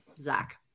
Zach